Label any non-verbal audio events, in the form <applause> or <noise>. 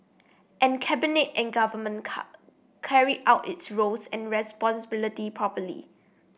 and Cabinet and Government <unintelligible> carried out its roles and responsibility properly